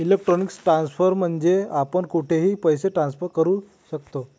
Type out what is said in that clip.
electronic transfer म्हणजे आपण कुठेही पैसे ट्रान्सफर करू शकतो